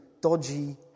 dodgy